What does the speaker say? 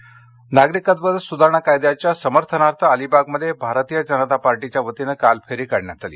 कायदा समर्थन अलिबाग नागरिकत्व सुधारणा कायद्याच्या समर्थनार्थ अलिबागमध्ये भारतीय जनता पार्टीच्या वतीनं काल फेरी काढण्यात आली